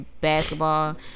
basketball